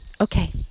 Okay